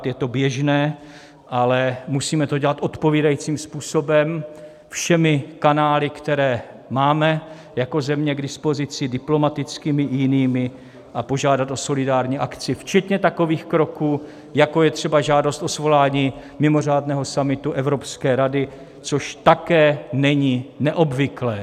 Je to běžné, ale musíme to dělat odpovídajícím způsobem všemi kanály, které máme jako země k dispozici, diplomatickými i jinými a požádat o solidární akci včetně takových kroků, jako je třeba žádost o svolání mimořádného summitu Evropské rady, což také není neobvyklé.